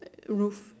roof